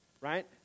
right